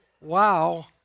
Wow